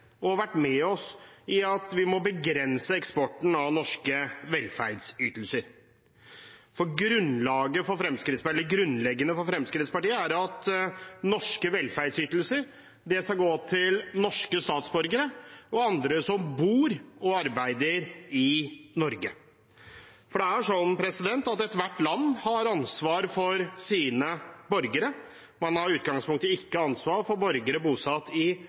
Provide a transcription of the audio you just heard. vært enig med oss i at vi må begrense eksporten av norske velferdsytelser. Grunnleggende for Fremskrittspartiet er at norske velferdsytelser skal gå til norske statsborgere og andre som bor og arbeider i Norge. For det er sånn at ethvert land har ansvar for sine borgere. Man har i utgangspunktet ikke ansvar for borgere bosatt i